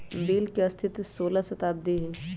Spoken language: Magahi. बिल के अस्तित्व सोलह शताब्दी से हइ